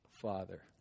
father